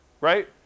right